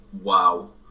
Wow